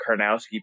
Karnowski